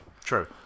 True